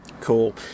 Cool